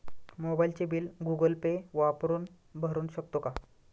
मोबाइलचे bill Google Pay वापरून भरू शकतो का?